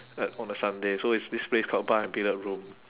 at on a sunday so it's this place called bar and billiard room